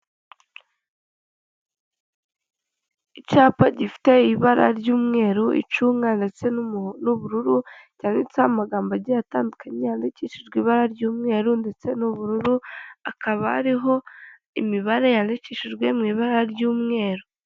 Icyapa gifite ibara ry'umweru, icunga, ndetse n'ubururu cyanditseho amagambo agiye atandukanye yandikishijwe ibara ry'umweru ndetse n'ubururu, akaba hariho imibare yandikishijwe mu ibara ry'umweru.